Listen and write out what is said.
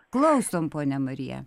klausom ponia marija